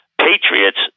Patriots